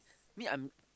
me I'm